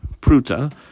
pruta